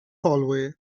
hallway